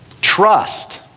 Trust